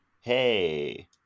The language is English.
hey